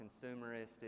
consumeristic